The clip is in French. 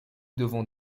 devons